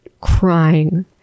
crying